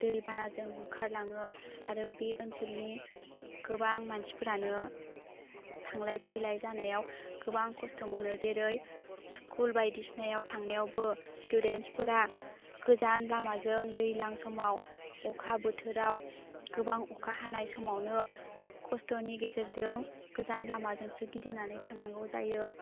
दै बानाजों बुखारलाङो आरो बे ओनसोलनि गोबां मानसिफोरानो थांलाय फैलाय जानायाव गोबां खस्थ' मोनो जेरै स्कुल बायदिसिनायाव थांनायावबो स्टुडेन्सफोरा गोजान लामाजों दैलां समाव अखा बोथोराव गोबां अखा हानाय समावनो खस्थ'नि गेजेरजों गोजान लामाजोंसो गिदिंनानै थांनांगौ जायो